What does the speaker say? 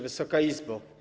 Wysoka Izbo!